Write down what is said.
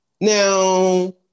Now